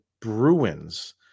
Bruins